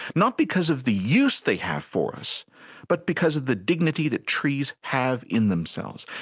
not because of the use they have for us but because of the dignity that trees have in themselves.